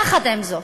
יחד עם זאת,